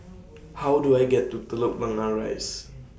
How Do I get to Telok Blangah Rise